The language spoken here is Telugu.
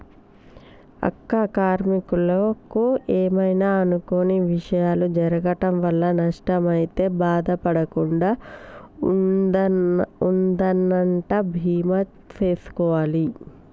అక్క కార్మీకులకు ఏమైనా అనుకొని విషయాలు జరగటం వల్ల నష్టం అయితే బాధ పడకుండా ఉందనంటా బీమా సేసుకోవాలి